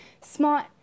Smart